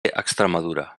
extremadura